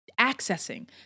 accessing